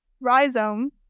rhizome